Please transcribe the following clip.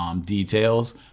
details